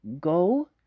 go